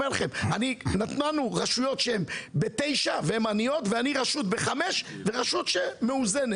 רשויות ב-9 והן עניות, ואני ב-5 רשות מאוזנת.